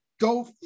go